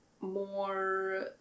more